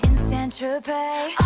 santa fe